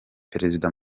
perezida